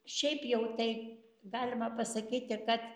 šiaip jau tai galima pasakyti kad